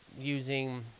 using